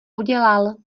udělal